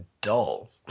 dull